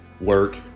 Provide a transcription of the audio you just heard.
Work